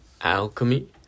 alchemy